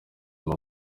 ubu